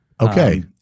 Okay